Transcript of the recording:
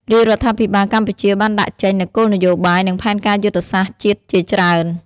រាជរដ្ឋាភិបាលកម្ពុជាបានដាក់ចេញនូវគោលនយោបាយ និងផែនការយុទ្ធសាស្ត្រជាតិជាច្រើន។